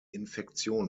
infektion